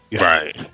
Right